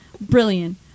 Brilliant